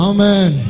Amen